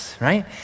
right